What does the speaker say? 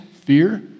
fear